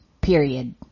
period